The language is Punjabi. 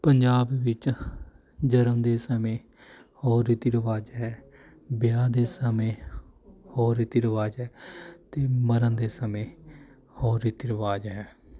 ਪੰਜਾਬ ਵਿੱਚ ਜਨਮ ਦੇ ਸਮੇਂ ਹੋਰ ਰੀਤੀ ਰਿਵਾਜ ਹੈ ਵਿਆਹ ਦੇ ਸਮੇਂ ਹੋਰ ਰੀਤੀ ਰਿਵਾਜ ਹੈ ਅਤੇ ਮਰਨ ਦੇ ਸਮੇਂ ਹੋਰ ਰੀਤੀ ਰਿਵਾਜ ਹੈ